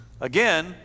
again